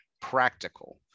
practical